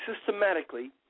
systematically